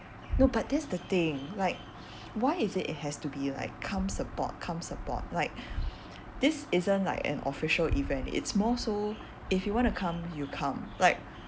no but that's the thing like why is it has to be like come support come support like this isn't like an official event it's more so like if you wanna come you come like